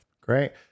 Great